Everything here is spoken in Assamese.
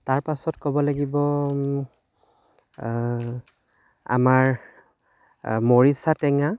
তাৰপাছত ক'ব লাগিব আমাৰ মৰিচা টেঙা